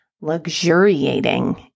luxuriating